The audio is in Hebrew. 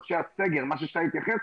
מה ששי התייחס,